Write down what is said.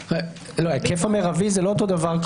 לא, ההיקף המירבי זה לא אותו דבר.